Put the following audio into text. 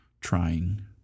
trying